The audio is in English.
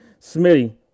Smitty